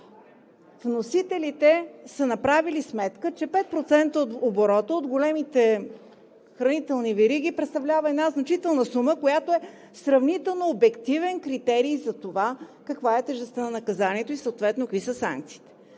Вносителите са направили сметка, че 5% от оборота на големите хранителни вериги представлява една значителна сума, която е сравнително обективен критерий за това каква е тежестта на наказанието и съответно какви са санкциите.